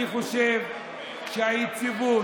אני חושב שהיציבות